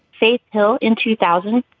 faith hill in two thousand.